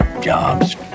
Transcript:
jobs